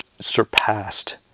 surpassed